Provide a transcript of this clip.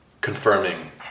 confirming